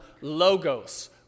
logos